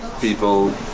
people